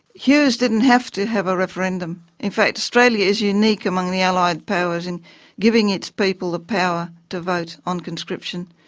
hughes didn't have to have a referendum. in fact australia is unique among the allied powers in giving its people the power to vote on conscription.